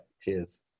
cheers